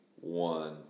one